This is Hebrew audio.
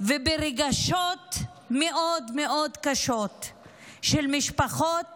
וברגשות מאוד מאוד קשים של משפחות